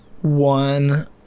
one